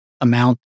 amount